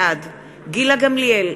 בעד גילה גמליאל,